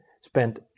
spent